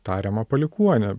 tariamą palikuonį